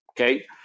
Okay